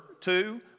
two